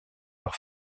leur